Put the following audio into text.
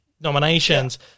nominations